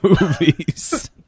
movies